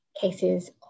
cases